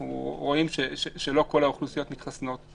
אנחנו רואים שלא כל האוכלוסיות מתחסנות.